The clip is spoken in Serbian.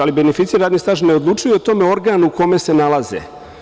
Ali, beneficirani radni staž – ne odlučuje o tome organ u kome se nalaze.